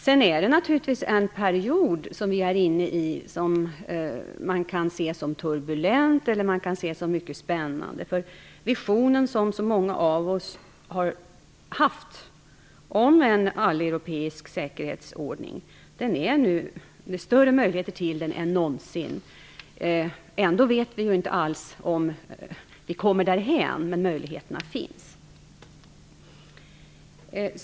Vi är nu inne in en period som man kan se som turbulent eller mycket spännande. Visionen om en alleuropeisk säkerhetsordning har många av oss haft. Nu finns det större möjligheter till det än någonsin tidigare. Ändå vet vi inte alls om vi kommer därhän, men möjligheterna finns.